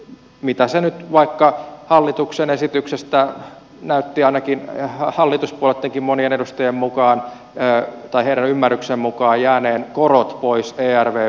mitä nyt siitä vaikka hallituksen esityksessä ainakin hallituspuolueittenkin monien edustajien ymmärryksen mukaan näyttivät korot jääneen pois ervv vakausvälineestä